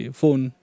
phone